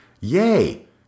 Yay